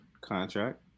contract